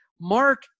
Mark